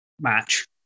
match